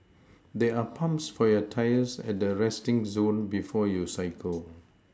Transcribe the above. there are pumps for your tyres at the resting zone before you cycle